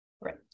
right